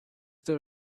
there